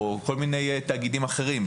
או כל מיני תאגידים אחרים,